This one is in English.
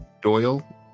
Doyle